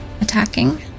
Attacking